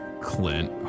Clint